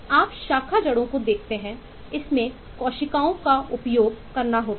आप शाखा जड़ों को देखते हैं इसमें कोशिकाओं का उपयोग करना होता है